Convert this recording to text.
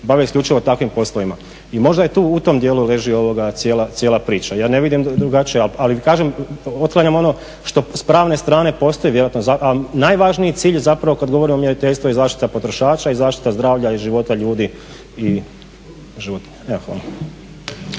bavi isključivo takvim poslovima. I možda u tom dijelu leži cijela priča, ja ne vidim drugačije. Ali kažem, otklanjam ono što s pravne strane postoji, a najvažniji cilj zapravo kad govorimo o mjeriteljstvu je zaštita potrošača i zaštita zdravlja i života ljudi i života.